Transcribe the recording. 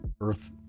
earth